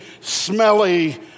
smelly